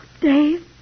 Dave